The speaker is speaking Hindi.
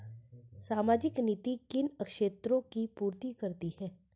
सामाजिक नीति किन क्षेत्रों की पूर्ति करती है?